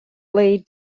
lead